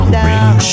down